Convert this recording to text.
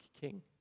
king